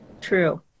true